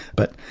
but